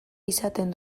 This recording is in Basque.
izaten